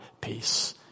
peace